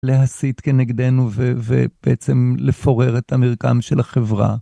להסית כנגדנו ובעצם לפורר את המרקם של החברה.